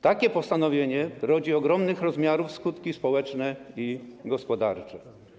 Takie postanowienie rodzi ogromnych rozmiarów skutki społeczne i gospodarcze.